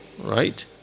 right